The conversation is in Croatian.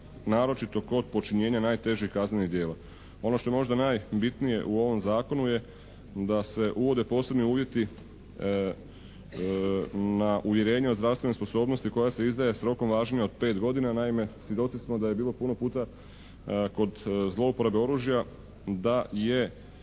naročito kod počinjenja najtežih kaznenih djela. Ono što je možda najbitnije u ovom zakonu je da se uvode posebni uvjeti na uvjerenju o zdravstvenoj sposobnosti koja se izdaje s rokom važenja od 5 godina. Naime svjedoci smo da je bilo puno puta kod zlouporabe oružja da je